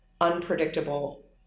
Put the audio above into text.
unpredictable